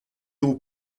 aux